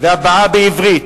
והבעה בעברית,